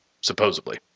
supposedly